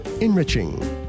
enriching